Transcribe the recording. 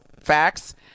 facts